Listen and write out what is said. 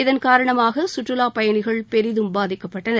இதன்காரணமாக சுற்றுலாப் பயணிகள் பெரிதும் பாதிக்கப்பட்டனர்